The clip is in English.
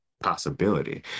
possibility